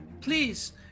Please